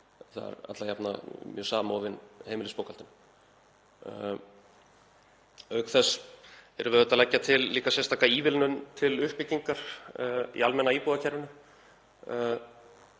er alla jafna mjög samofinn heimilisbókhaldinu. Auk þess erum við að leggja til líka sérstaka ívilnun til uppbyggingar í almenna íbúðakerfinu